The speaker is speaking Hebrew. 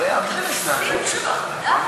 לוועדת העבודה, הרווחה והבריאות נתקבלה.